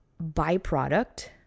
byproduct